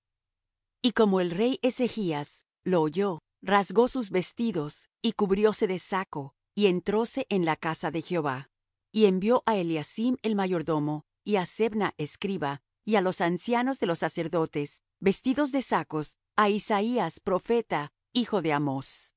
y como el rey ezechas lo oyó rasgó sus vestidos y cubrióse de saco y entróse en la casa de jehová y envió á eliacim el mayordomo y á sebna escriba y á los ancianos de los sacerdotes vestidos de sacos á isaías profeta hijo de amós